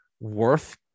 worth